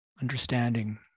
understanding